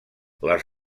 les